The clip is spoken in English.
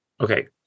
Okay